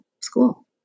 school